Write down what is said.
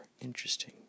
Interesting